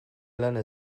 lana